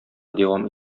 дәвам